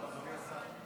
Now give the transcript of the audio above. על איזה מוסדות מדובר?